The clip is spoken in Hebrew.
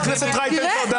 חברת הכנסת רייטן, תודה.